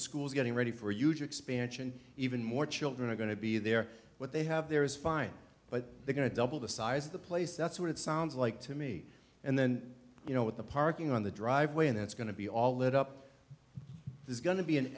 school is getting ready for a huge expansion even more children are going to be there what they have there is fine but we're going to double the size of the place that's what it sounds like to me and then you know what the parking on the driveway and that's going to be all lit up there's going to be an